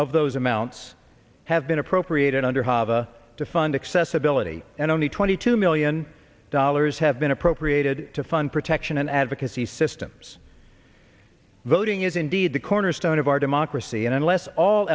of those amounts have been appropriated under hava to fund accessibility and only twenty two million dollars have been appropriated to fund protection and advocacy systems voting is indeed the cornerstone of our democracy and unless all